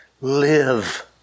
live